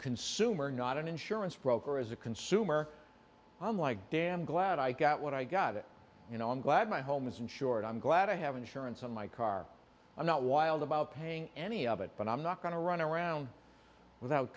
consumer not an insurance broker as a consumer i'm like damn glad i got what i got it you know i'm glad my home is in short i'm glad i have insurance on my car i'm not wild about paying any of it but i'm not going to run around without